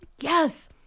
yes